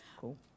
Cool